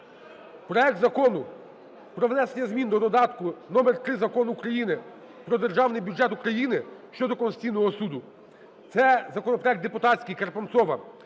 Проект Закону про внесення змін до додатку номер 3 Закону України про Державний бюджет України щодо Конституційного суду. Це законопроект депутатський, Карпунцова,